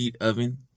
oven